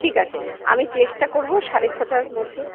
ঠিক আছে আমি চেষ্টা করব সাড়ে ছটার মধ্যে